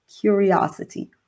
curiosity